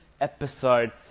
episode